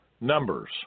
Numbers